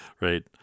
right